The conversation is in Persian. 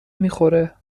میخوره